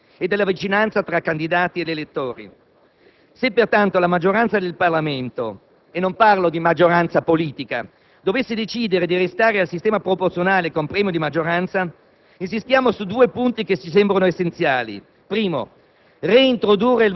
a rispettare i princìpi fondamentali democratici della scelta dei candidati e della vicinanza tra candidati ed elettori. Se, pertanto, la maggioranza del Parlamento - e non parlo di maggioranza politica - dovesse decidere di conservare il sistema proporzionale con premio di maggioranza,